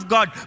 God